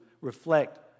reflect